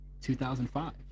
2005